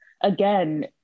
again